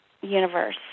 universe